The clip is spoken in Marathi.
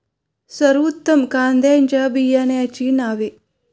सर्वोत्तम कांद्यांच्या बियाण्यांची नावे?